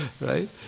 Right